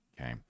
okay